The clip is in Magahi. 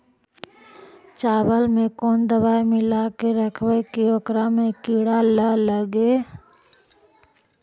चावल में कोन दबाइ मिला के रखबै कि ओकरा में किड़ी ल लगे?